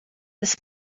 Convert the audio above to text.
this